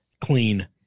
clean